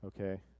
Okay